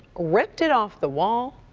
ripped it off the wall,